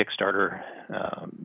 Kickstarter